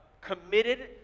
committed